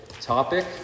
topic